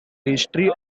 history